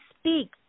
speak